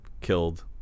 killed